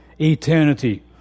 eternity